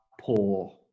poor